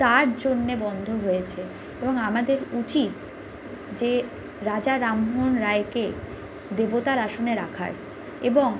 তাঁর জন্যে বন্ধ হয়েছে এবং আমাদের উচিত যে রাজা রামমোহন রায়কে দেবতার আসনে রাখা এবং